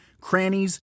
crannies